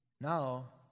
Now